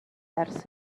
ers